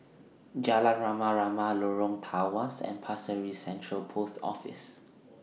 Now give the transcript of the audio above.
Jalan Rama Rama Lorong Tawas and Pasir Ris Central Post Office